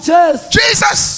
Jesus